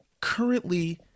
currently